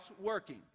working